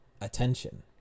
attention